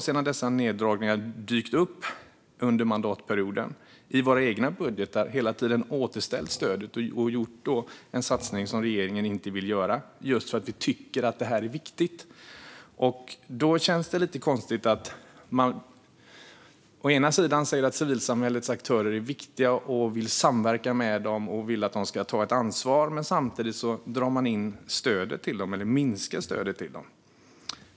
Sedan dessa neddragningar har dykt upp under mandatperioden har Vänsterpartiet i våra egna budgetar hela tiden återställt stödet och gjort en satsning som regeringen inte vill göra, just för att vi tycker att det här är viktigt. Då känns det lite konstigt att man å ena sidan säger att civilsamhällets aktörer är viktiga, att man vill samverka med dem och vill att de ska ta ett ansvar och å andra sidan minskar stödet till dem.